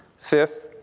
fifth,